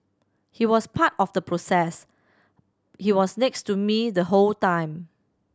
he was part of the process he was next to me the whole time